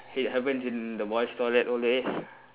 it happens in the boys' toilet always